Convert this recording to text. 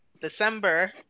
December